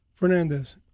Fernandez